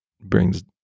brings